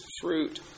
fruit